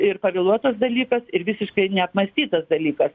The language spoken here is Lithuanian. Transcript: ir pavėluotas dalykas ir visiškai neapmąstytas dalykas